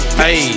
hey